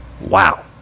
Wow